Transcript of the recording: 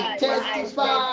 testify